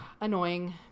annoying